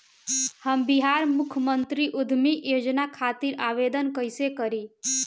हम बिहार मुख्यमंत्री उद्यमी योजना खातिर आवेदन कईसे करी?